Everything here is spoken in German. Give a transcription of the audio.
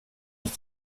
ist